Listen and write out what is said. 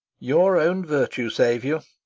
your own virtue save you!